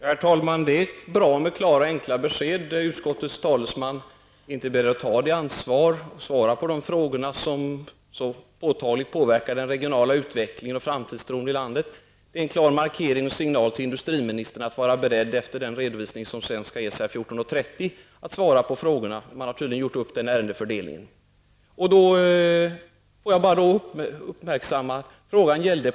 Herr talman! Det är bra med klara enkla besked. Utskottets talesman är inte beredd att ta ansvaret att svara på frågor om sådant som påtagligt påverkar den regionala utvecklingen och framtidstron i landet. Det är en klar signal till industriministern att vara beredd att besvara frågorna efter den redovisning som skall ges här klockan 14.30. Man har tydligen gjort upp den ärendefördelningen. Låt mig då bara erinra om vad frågan gällde.